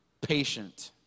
patient